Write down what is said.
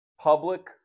Public